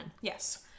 Yes